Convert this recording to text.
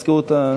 המזכירות?